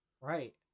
right